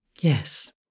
Yes